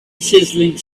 sizzling